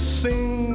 sing